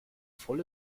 voll